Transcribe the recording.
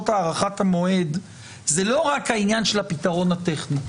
הארכת המועד זה לא רק העניין של הפתרון הטכני.